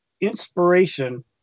inspiration